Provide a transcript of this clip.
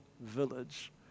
Village